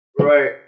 Right